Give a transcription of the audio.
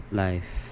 life